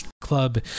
club